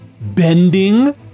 bending